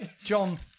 John